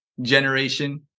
generation